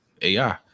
AI